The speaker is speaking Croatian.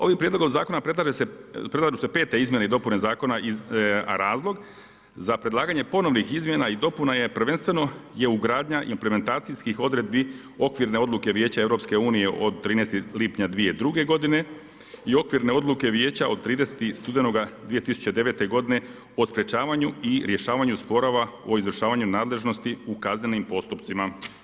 Ovim prijedlogom zakona, predlažu se 5. izmjene i dopune zakona, a razlog za predlaganje ponovnih izmjena i dopuna je prvenstveno je ugradnja i implementacijskih odredbi okvirne odluke Vijeća EU, od 13. lipnja 2002. g. i okvirne odluke vijeća od 30. studenoga 2009. g. o sprječavanju i rješavanju sporova o izvršavanju nadležnosti u kaznenim postupcima.